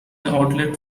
outlet